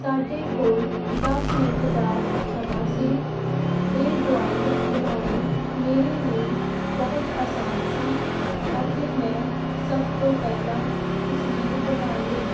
ਸਾਡੇ ਕੋਲ ਦਸ ਮਿੰਟ ਦਾ ਸਮਾਂ ਸੀ ਇਹ ਡਰੋਇੰਗ ਬਣਾਉਣੀ ਮੇਰੇ ਲਈ ਬਹੁਤ ਆਸਾਨ ਸੀ ਅਤੇ ਮੈਂ ਸਭ ਤੋਂ ਪਹਿਲਾਂ ਤਸਵੀਰ ਬਣਾ ਲਈ